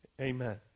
Amen